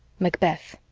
macbeth